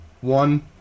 one